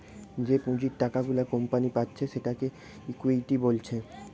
যে পুঁজির টাকা গুলা কোম্পানি পাচ্ছে সেটাকে ইকুইটি বলছে